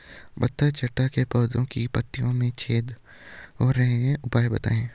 पत्थर चट्टा के पौधें की पत्तियों में छेद हो रहे हैं उपाय बताएं?